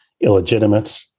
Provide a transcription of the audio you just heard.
illegitimate